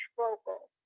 vocal